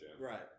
Right